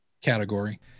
category